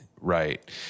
right